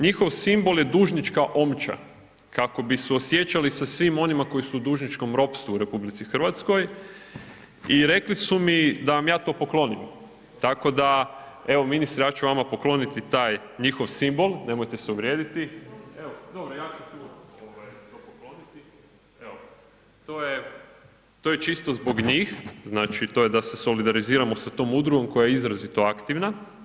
Njihov simbol je dužnička omča kako bi suosjećali sa svima onima koji su u dužničkom ropstvu u RH i rekli su mi da vam ja to poklonim, tako da, evo, ministre, ja ću vama pokloniti taj simbol, nemojte se uvrijediti. ... [[Govornik se ne čuje.]] to je čisto zbog njih, znači to je da se solidariziramo sa tom udrugom koja je izrazito aktivna.